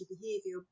behavior